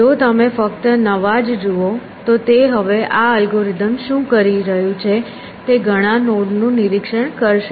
જો તમે ફક્ત નવા જ જુઓ તો તે હવે આ અલ્ગોરિધમ શું કરી રહ્યું છે તે ઘણા નોડ નું નિરીક્ષણ કરશે